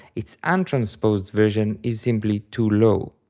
its untransposed version is simply too low.